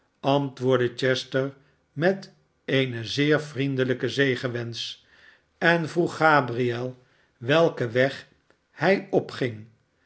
antwoordde chester met een zeer vriendelijken zegenwensch en vroeg gabriel welken weg hij opging